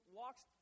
walks